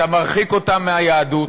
אתה מרחיק אותם מהיהדות,